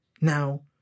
Now